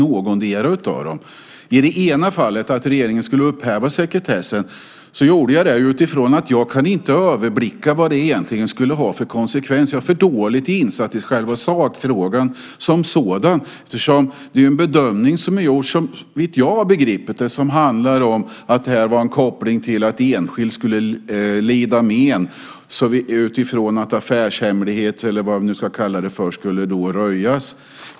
I det ena fallet, när det gäller att regeringen skulle upphäva sekretessen, gjorde jag det utifrån att jag inte kan överblicka vad det egentligen skulle ha för konsekvens. Jag är för dåligt insatt i själva sakfrågan som sådan. Det är ju en bedömning som är gjord som, såvitt jag har begripit det, handlar om en koppling till att enskild skulle lida men utifrån att affärshemligheter, eller vad jag nu ska kalla det, då skulle röjas.